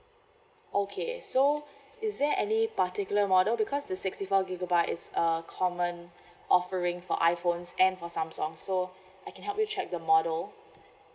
okay so is there any particular model because the sixty four gigabyte is a common offering for iphones and for samsung so I can help you check the model